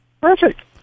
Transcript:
Perfect